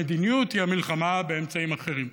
המדיניות היא המלחמה באמצעים אחרים.